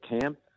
camp